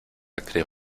actriz